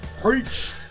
Preach